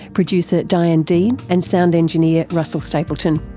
producer diane dean and sound engineer russell stapleton.